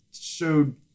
showed